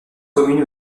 commune